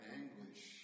anguish